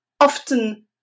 often